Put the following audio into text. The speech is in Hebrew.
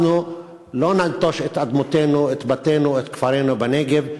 לא ננטוש את אדמותינו, את בתינו, את כפרינו בנגב.